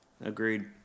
Agreed